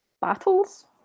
Battles